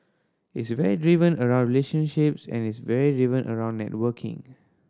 it's very driven around relationships and it's very driven around networking